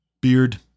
beard